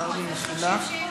שאילתה ראשונה